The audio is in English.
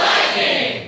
Lightning